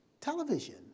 television